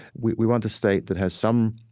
we we want a state that has some,